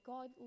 God